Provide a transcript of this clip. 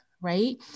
right